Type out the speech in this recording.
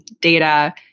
data